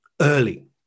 early